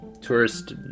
tourist